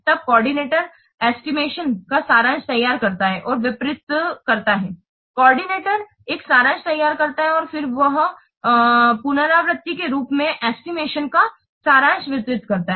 तब coordinator estimation का सारांश तैयार करता है और वितरित करता है कोऑर्डिनेटर एक सारांश तैयार करता है और फिर वह पुनरावृत्ति के रूप में एस्टिमेशन का सारांश वितरित करता है